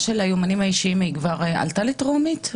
של היומנים האישיים כבר עלתה לטרומית?